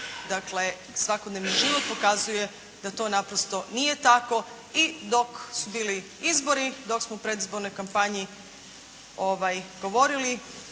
Nama svakodnevni život pokazuje da to naprosto nije tako i dok su bili izbori, dok smo u predizbornoj kampanji govorili